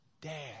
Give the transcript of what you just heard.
Dad